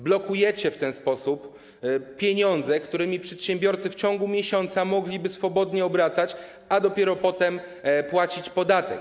Blokujecie w ten sposób pieniądze, którymi przedsiębiorcy w ciągu miesiąca mogliby swobodnie obracać, a dopiero potem płacić podatek.